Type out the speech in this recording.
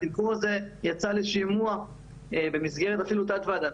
התמחור הזה יצא לשימוע במסגרת תת ועדה,